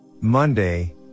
Monday